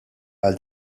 għal